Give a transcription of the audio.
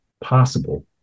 possible